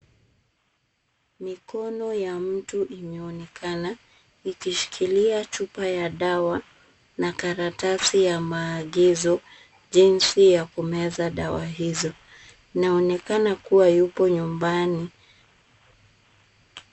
Mikono ya mtu imeonekana ikishikilia chupa ya dawa na karatasi ya maagizo, jinsi ya kumeza dawa hizo. Inaonekana kuwa yuko nyumbani.